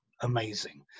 amazing